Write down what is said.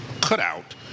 cutout